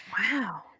Wow